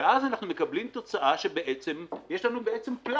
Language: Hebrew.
ואז אנחנו מקבלים תוצאה שיש לנו פלאג.